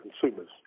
consumers